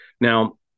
Now